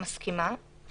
אני מסכימה.